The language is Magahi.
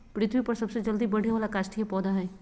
पृथ्वी पर सबसे जल्दी बढ़े वाला काष्ठिय पौधा हइ